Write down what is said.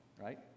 right